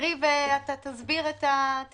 נקריא ואתה תסביר את הסעיפים.